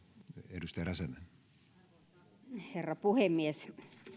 arvoisa herra puhemies